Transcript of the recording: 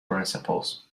principles